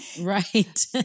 right